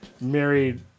married